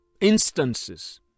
instances